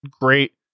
great